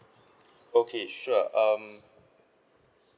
okay sure um